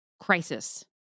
crisis